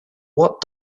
what